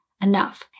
enough